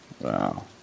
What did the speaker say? Wow